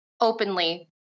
openly